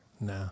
No